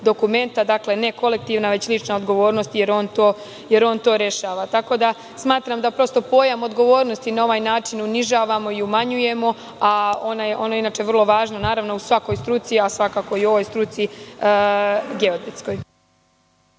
dakle, ne kolektivna već lična odgovornost, jer on to rešava. Tako da, smatram da pojam odgovornosti na ovaj način unižavamo i umanjujemo. Ona je inače vrlo važna u svakoj struci, a svako i u ovoj struci, geodetskoj.